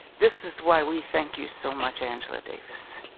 this is why we thank you so much angela davis.